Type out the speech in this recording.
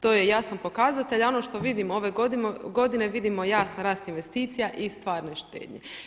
To je jasan pokazatelj, a ono što vidim ove godine, vidimo jasan rast investicija i stvarne štednje.